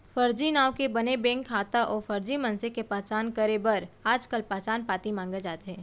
फरजी नांव के बने बेंक खाता अउ फरजी मनसे के पहचान करे बर आजकाल पहचान पाती मांगे जाथे